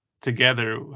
together